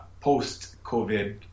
post-COVID